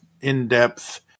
in-depth